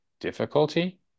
difficulty